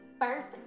First